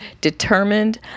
determined